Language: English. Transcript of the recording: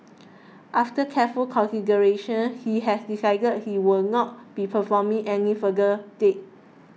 after careful consideration he has decided he will not be performing any further dates